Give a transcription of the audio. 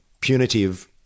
punitive